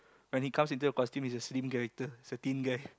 when he comes into the costumes his a slim character his a thin guy